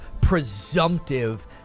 presumptive